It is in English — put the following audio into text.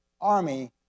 army